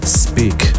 speak